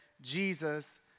Jesus